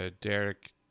Derek